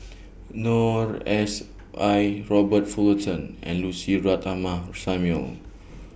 Noor S I Robert Fullerton and Lucy Ratnammah Samuel